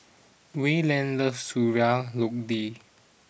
Wayland loves Sayur Lodeh